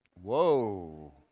Whoa